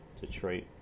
Detroit